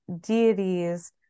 deities